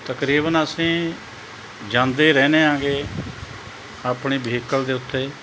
ਤਕਰੀਬਨ ਅਸੀਂ ਜਾਂਦੇ ਰਹਿੰਦੇ ਹੈਗੇ ਆਪਣੇ ਵਹੀਕਲ ਦੇ ਉੱਤੇ